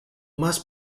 más